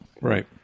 right